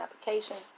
applications